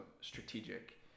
strategic